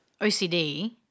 OCD